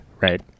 right